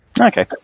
Okay